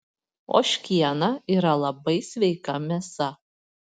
ožkiena yra labai sveika mėsa